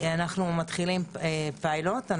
אנו מתחילים פילוט.